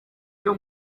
ibyo